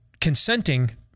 consenting